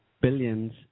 billions